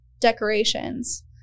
decorations